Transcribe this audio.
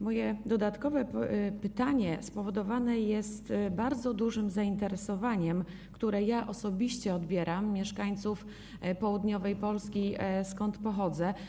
Moje dodatkowe pytanie spowodowane jest bardzo dużym zainteresowaniem, które osobiście odbieram, mieszkańców południowej Polski, skąd pochodzę.